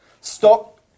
Stop